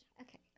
Okay